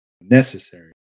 necessary